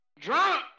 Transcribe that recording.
drunk